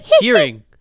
hearing